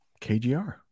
KGR